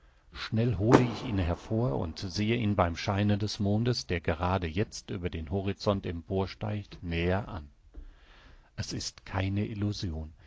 schnell hole ich ihn hervor und sehe ihn beim scheine des mondes der gerade jetzt über den horizont emporsteigt näher an es ist keine illusion